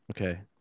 Okay